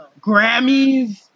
Grammys